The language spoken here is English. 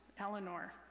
Eleanor